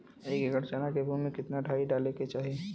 एक एकड़ चना के भूमि में कितना डाई डाले के चाही?